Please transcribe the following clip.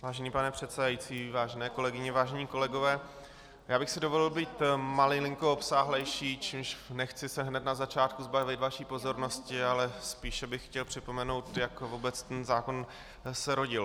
Vážený pane předsedající, vážené kolegyně, vážení kolegové, já bych si dovolil být malinko obsáhlejší, čímž nechci se hned na začátku zbavit vaší pozornosti, ale spíše bych chtěl připomenout, jak vůbec ten zákon se rodil.